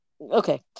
Okay